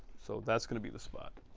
so that's gonna be the spot.